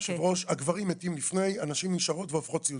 הגברים מתים לפני, הנשים נשארות והופכות סיעודיות.